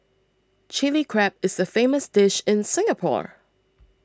Chilli Crab is a famous dish in Singapore